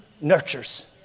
nurtures